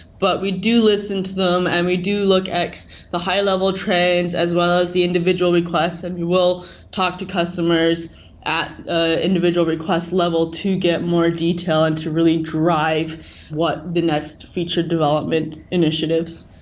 but we do listen to them and we do look at the high-level trends as well as the individual request and will talk to customers at ah individual request level to get more detail and to really drive what the next feature development initiatives.